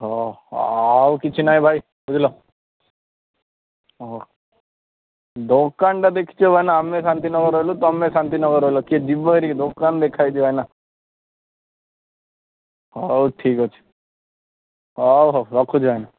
ହଁ ଆଉ କିଛି ନାହିଁ ଭାଇ ବୁଝିଲ ଦୋକାନରେ ଆମେ ଶାନ୍ତି ନଗର ରହିଲୁ ତମେ ଶାନ୍ତି ନଗରେ ରହିଲ କିଏ ଯିବ ଦୋକାନ ଭାଇନା ହଉ ଠିକ୍ ଅଛି ହଉ ହଉ ରଖୁଛି ଭାଇନା